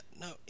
no